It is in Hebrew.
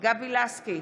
גבי לסקי,